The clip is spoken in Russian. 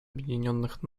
объединенных